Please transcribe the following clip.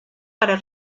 para